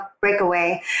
Breakaway